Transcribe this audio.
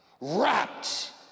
Wrapped